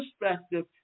perspective